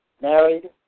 married